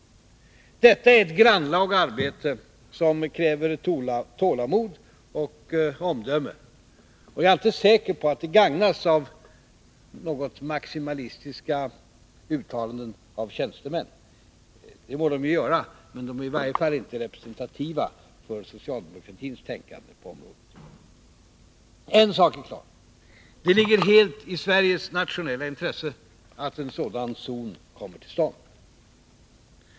Detta är ett grannlaga arbete, som kräver tålamod och omdöme. Och jag är inte säker på att det gagnas av något ”maximalistiska” uttalanden av tjänstemän. De må göra sådana uttalanden, men dessa är i varje fall inte representativa för socialdemokratins tänkande på området. En sak är klar: Det ligger helt i Sveriges nationella intresse att en sådan zon kommer till stånd.